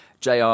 JR